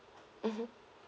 mmhmm